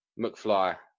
McFly